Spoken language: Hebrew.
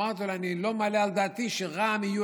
אמרתי להם: אני לא מעלה על דעתי שרע"מ יהיו